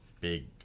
big